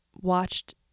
watched